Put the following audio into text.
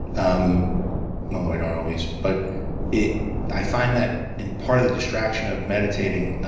um i'm although i don't always, but it i find that in part of the distraction of meditating,